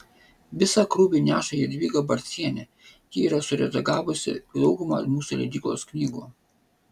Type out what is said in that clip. visą krūvį neša jadvyga barcienė ji yra suredagavusi daugumą mūsų leidyklos knygų